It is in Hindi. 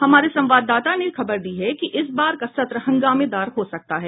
हमारे संवाददाता ने खबर दी है कि इस बार का सत्र हंगामेदार हो सकता है